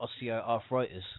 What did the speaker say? osteoarthritis